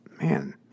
man